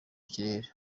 kirere